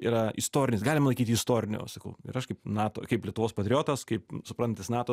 yra istorinis galima laikyt jį istoriniu sakau aš kaip nato kaip lietuvos patriotas kaip suprantantis nato